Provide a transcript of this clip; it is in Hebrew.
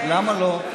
למה לא?